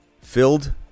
Filled